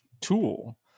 tool